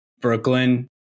Brooklyn